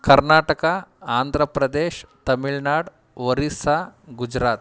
Karnataka Andhra Pradesh Tamil Nadu Orissa Gujarat